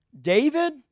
David